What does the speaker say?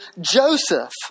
Joseph